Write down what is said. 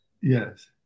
yes